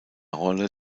rolle